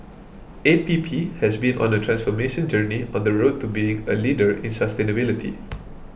A P P has been on a transformation journey on the road to being a leader in sustainability